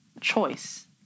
choice